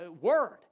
word